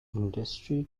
industry